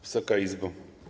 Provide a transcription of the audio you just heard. Wysoka Izbo!